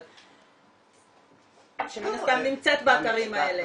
אבל המשטרה שמן הסתם נמצאת באתרים האלה,